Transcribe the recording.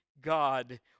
God